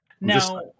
Now